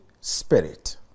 spirit